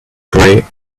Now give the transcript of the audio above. pray